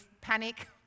panic